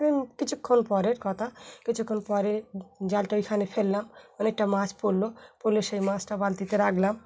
কিছুক্ষণ পরের কথা কিছুক্ষণ পরে জালটা ওইখানে ফেললাম অনেকটা মাছ পড়লো পড়লে সেই মাছটা বালতিতে রাখলাম